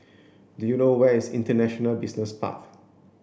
do you know where is International Business Park